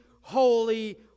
holy